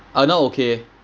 uh now okay